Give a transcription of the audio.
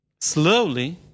Slowly